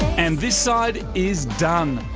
and this side is done.